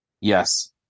Yes